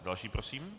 Další prosím.